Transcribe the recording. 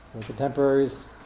contemporaries